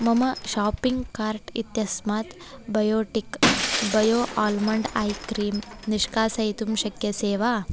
मम shopping cart इत्यस्मात् Biotique bio almond eye cream निष्कासयितुं शक्यसे वा